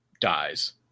dies